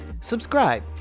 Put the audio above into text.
subscribe